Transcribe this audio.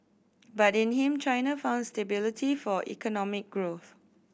but in him China found stability for economic growth